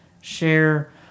share